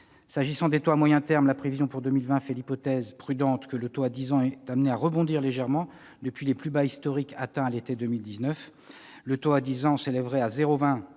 comme pour les taux bas. La prévision pour 2020 fait l'hypothèse- prudente -que le taux à 10 ans est amené à rebondir légèrement, depuis les plus bas historiques atteints à l'été 2019. Le taux à 10 ans s'élèverait à 0,20